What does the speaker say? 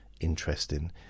interesting